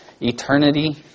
eternity